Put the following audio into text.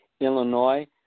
Illinois